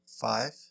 Five